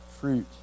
fruit